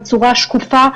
שקופה,